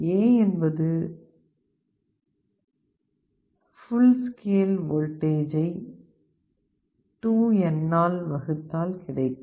A என்பது full scale வோல்டேஜ்ஜை 2n ஆல் வகுத்தால் கிடைக்கும்